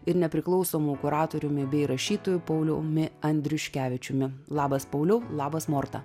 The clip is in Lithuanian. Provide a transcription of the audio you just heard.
ir nepriklausomu kuratoriumi bei rašytoju pauliumi andriuškevičiumi labas pauliau labas morta